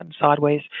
sideways